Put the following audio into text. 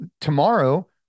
Tomorrow